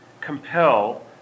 compel